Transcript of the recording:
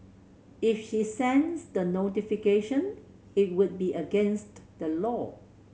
if she sends the notification it would be against the law